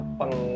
pang